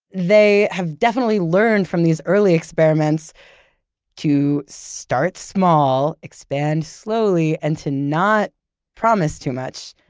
they have definitely learned from these early experiments to start small, expand slowly, and to not promise too much.